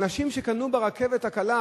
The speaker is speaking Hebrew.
אנשים שקנו ברכבת הקלה,